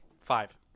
Five